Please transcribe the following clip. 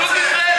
אחדות ישראל.